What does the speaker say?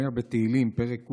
אומר בתהילים פרק ק"ד: